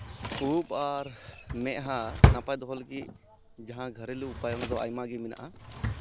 ᱩᱵ ᱟᱨ ᱢᱮᱫᱦᱟ ᱱᱟᱯᱟᱭ ᱫᱚᱦᱚ ᱞᱟᱹᱜᱤᱫ ᱡᱟᱦᱟᱸ ᱜᱷᱚᱨᱮᱞᱳ ᱩᱯᱟᱭ ᱚᱱᱟ ᱫᱚ ᱟᱭᱢᱟ ᱜᱮ ᱢᱮᱱᱟᱜᱼᱟ